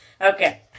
Okay